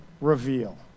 reveal